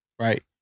right